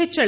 ಹೆಚ್ಚಳ